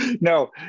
no